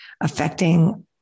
affecting